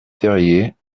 terriers